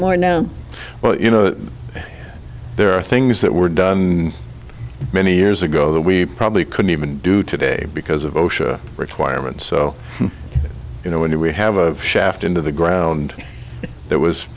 more now well you know there are things that were done many years ago that we probably couldn't even do today because of osha requirements so you know when we have a shaft into the ground that was